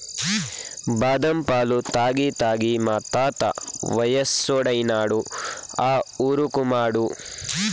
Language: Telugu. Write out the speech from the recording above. బాదం పాలు తాగి తాగి మా తాత వయసోడైనాడు ఆ ఊరుకుమాడు